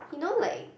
you know like